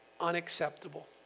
unacceptable